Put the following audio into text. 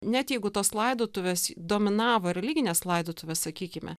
net jeigu tos laidotuvės dominavo religinės laidotuvės sakykime